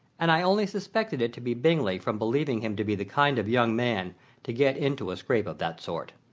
and i only suspected it to be bingley from believing him to be the kind of young man to get into a scrape of that sort.